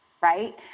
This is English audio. right